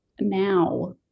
now